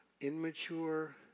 immature